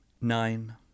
Nine